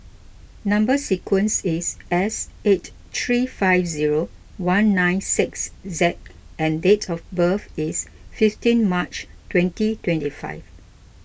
Number Sequence is S eight three five zero one nine six Z and date of birth is fifteen March twenty twenty five